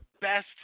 best